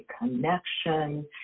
connection